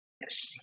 Yes